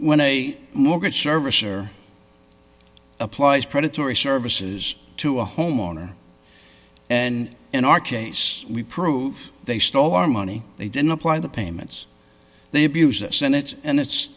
when a mortgage servicer applies predatory services to a homeowner and in our case we prove they stole our money they didn't apply the payments they abuse the senate and it's